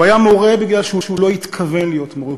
הוא היה מורה, כי הוא לא התכוון להיות מורה.